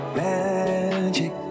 magic